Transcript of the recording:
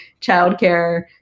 childcare